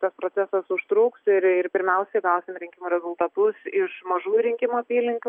tas procesas užtruks ir pirmiausiai gausime rinkimų rezultatus iš mažųjų rinkimų apylinkių